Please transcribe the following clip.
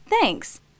thanks